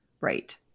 Right